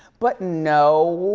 but no,